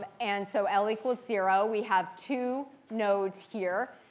ah and so l equals zero. we have two nodes here.